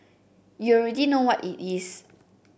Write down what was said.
you already know what it is